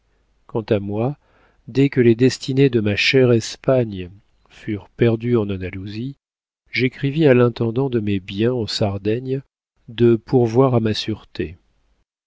quant à moi dès que les destinées de ma chère espagne furent perdues en andalousie j'écrivis à l'intendant de mes biens en sardaigne de pourvoir à ma sûreté